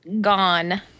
gone